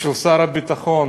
של שר הביטחון